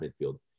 midfield